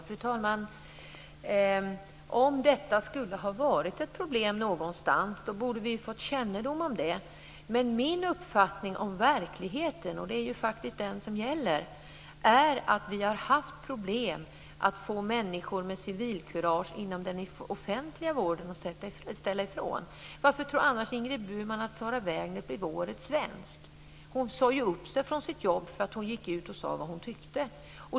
Fru talman! Om detta skulle ha varit ett problem någonstans borde vi ha fått kännedom om det. Men min uppfattning om verkligheten är att man har haft problem med att få människor med civilkurage inom den offentliga vården som kan säga ifrån. Varför tror Ingrid Burman annars att Sara Wägnert blev årets svensk? Hon sade ju upp sig från sitt jobb när hon gick ut och sade vad hon tyckte.